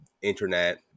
internet